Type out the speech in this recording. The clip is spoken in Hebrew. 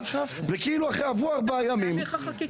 וכאילו עברו ארבעה ימים --- זה תהליך החקיקה.